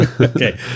Okay